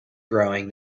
growing